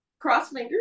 Crossfingers